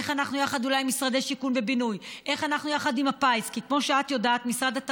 איך אנחנו אולי יחד עם משרד השיכון והבינוי,